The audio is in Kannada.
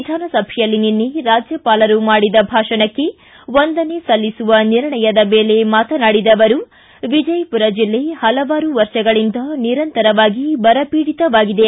ವಿಧಾನಸಭೆಯಲ್ಲಿ ನಿನ್ನೆ ರಾಜ್ಯಪಾಲರು ಮಾಡಿದ ಭಾಷಣಕ್ಕೆ ವಂದನೆ ಸಲ್ಲಿಸುವ ನಿರ್ಣಯದ ಮೇಲೆ ಮಾತನಾಡಿದ ಅವರು ವಿಜಯಪುರ ಜಿಲ್ಲೆ ಪಲವಾರು ವರ್ಷಗಳಿಂದ ನಿರಂತರವಾಗಿ ಬರ ಪೀಡತವಾಗಿದೆ